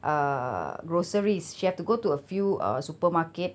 err groceries she have to go to a few uh supermarket